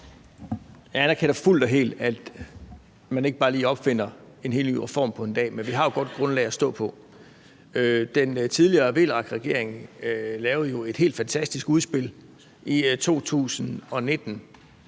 Jeg anerkender fuldt og helt, at man ikke bare lige opfinder en helt ny reform på en dag, men vi har et godt grundlag at stå på. Den tidligere VLAK-regering lavede jo et fantastisk udspil i 2019,